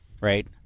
right